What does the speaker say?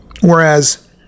Whereas